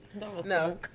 No